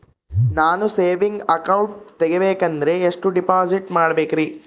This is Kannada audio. ನಾನು ಸೇವಿಂಗ್ ಅಕೌಂಟ್ ತೆಗಿಬೇಕಂದರ ಎಷ್ಟು ಡಿಪಾಸಿಟ್ ಇಡಬೇಕ್ರಿ?